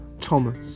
Thomas